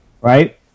Right